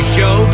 Show